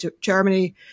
Germany